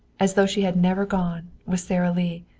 as though she had never gone, was sara lee,